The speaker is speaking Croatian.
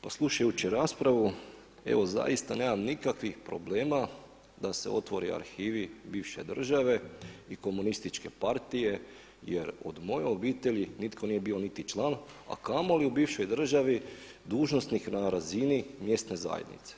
Pa slušajući raspravu evo zaista nemam nikakvih problema da se otvori arhivi bivše države i Komunističke partije jer od moje obitelji nitko nije bio niti član, a kamoli u bivšoj državi dužnosnik na razini mjesne zajednice.